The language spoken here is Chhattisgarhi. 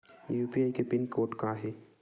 यू.पी.आई के पिन कोड का हे?